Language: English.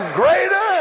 greater